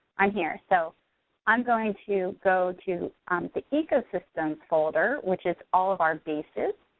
i'm here, so i'm going to go to the ecosystem folder, which is all of our bases,